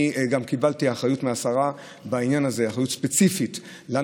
אני גם קיבלתי מהשרה אחריות ספציפית לעניין הזה,